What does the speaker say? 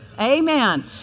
Amen